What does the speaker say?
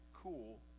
cool